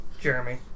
Jeremy